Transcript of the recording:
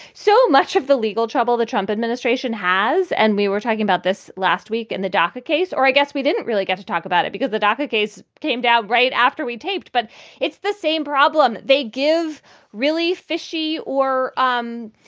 so much of the legal trouble the trump administration has. and we were talking about this last week and the dacca case, or i guess we didn't really get to talk about it because the doca case came out right after we taped. but it's the same problem they give really fishy or um